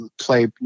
play